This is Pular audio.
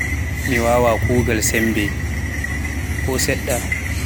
Mi wawaa kuugal sembe ko seɗɗa.